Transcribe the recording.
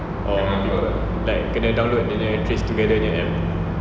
like kena download dia punya TraceTogether nya app